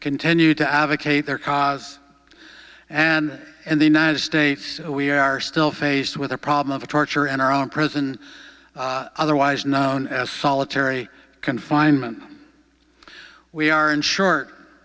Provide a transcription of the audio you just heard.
continue to advocate their cause and in the united states we are still faced with the problem of torture and our own prison otherwise known as solitary confinement we are in short